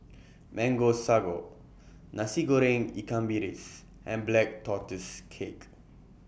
Mango Sago Nasi Goreng Ikan Bilis and Black Tortoise Cake